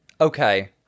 okay